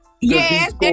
yes